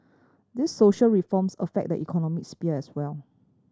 these social reforms affect the economic sphere as well